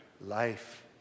Life